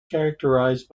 characterized